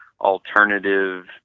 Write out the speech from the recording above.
alternative